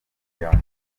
byombi